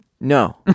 no